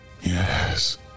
Yes